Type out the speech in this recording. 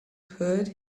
could